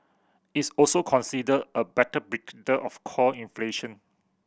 is also considered a better predictor of core inflation